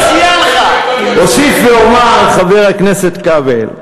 אוסיף ואומר, חבר הכנסת כבל,